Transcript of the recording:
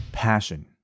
passion